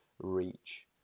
reach